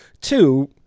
Two